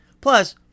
Plus